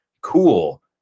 cool